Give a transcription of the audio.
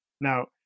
Now